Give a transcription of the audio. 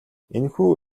энэхүү